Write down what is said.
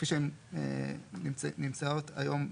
כפי שהן נמצאות היום בחוק,